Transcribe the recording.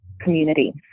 community